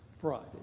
Friday